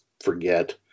forget